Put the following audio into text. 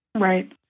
Right